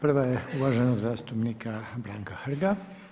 Prva je uvaženog zastupnika Branka Hrga.